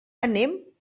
anem